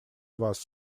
вас